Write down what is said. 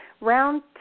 Round